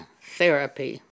Therapy